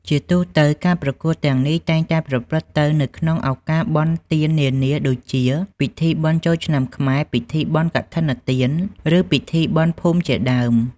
ជាទូទៅ ការប្រកួតទាំងនេះតែងតែប្រព្រឹត្តទៅនៅក្នុងឱកាសបុណ្យទាននានាដូចជាពិធីបុណ្យចូលឆ្នាំខ្មែរ ពិធីបុណ្យកឋិនទាន ឬពិធីបុណ្យភូមិជាដើម។